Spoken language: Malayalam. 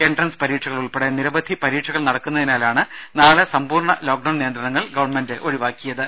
എൻട്രൻസ് പരീക്ഷകൾ ഉൾപ്പെടെ നിരവധി പരീക്ഷകൾ നടക്കുന്നതിനാലാണ് നാളെ സമ്പൂർണ ലോക്ക്ഡൌൺ നിയന്ത്രണങ്ങൾ ഗവൺമെന്റ് ഒവിവാക്കിയത്